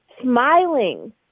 smiling